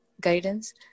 guidance